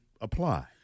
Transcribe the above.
apply